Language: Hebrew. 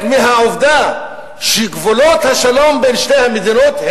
מהעובדה שגבולות השלום בין שתי המדינות,